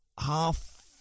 half